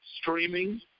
streaming